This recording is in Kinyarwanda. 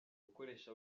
gukoresha